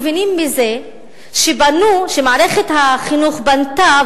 מבינים מזה שמערכת החינוך בנתה,